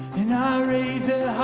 in our raisin